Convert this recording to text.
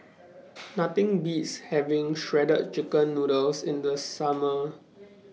Nothing Beats having Shredded Chicken Noodles in The Summer